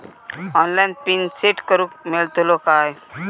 Online pin set करूक मेलतलो काय?